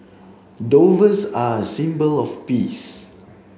are a symbol of peace